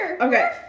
Okay